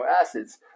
acids